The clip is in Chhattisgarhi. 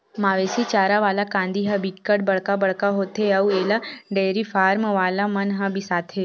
मवेशी चारा वाला कांदी ह बिकट बड़का बड़का होथे अउ एला डेयरी फारम वाला मन ह बिसाथे